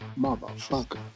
motherfucker